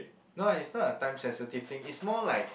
no it's not a time sensitive thing it's more like